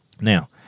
Now